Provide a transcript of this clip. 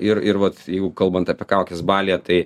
ir ir vat jeigu kalbant apie kaukes balyje tai